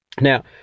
Now